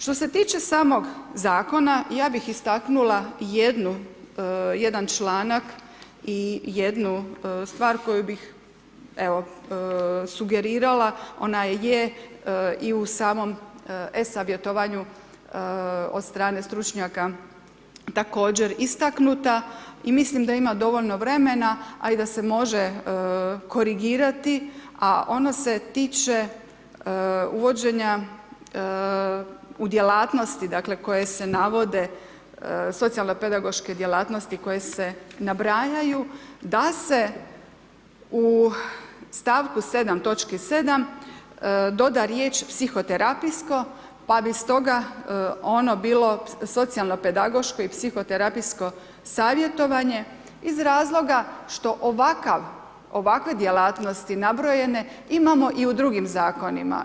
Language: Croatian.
Što se tiče samog zakona ja bih istaknula jedan članak i jednu stvar koju bih evo sugerirala, ona je i u samom e-savjetovanju od strane stručnjaka također istaknuta i mislim da ima dovoljno vremena a i da se može korigirati a ono se tiče uvođenja u djelatnosti dakle koje se navode, socijalno pedagoške djelatnosti koje se nabrajaju da se u stavku 7. točki 7. doda riječ: „psihoterapijsko“ pa bi stoga ono bilo socijalno-pedagoško i psihoterapijsko savjetovanje iz razloga što ovakav, ovakve djelatnosti nabrojene imamo i u drugim zakonima.